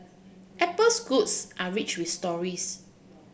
Apple's goods are rich with stories